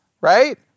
right